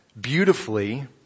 beautifully